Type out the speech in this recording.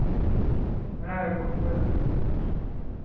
ᱚᱠᱚᱭ ᱞᱟᱹᱭ ᱢᱮ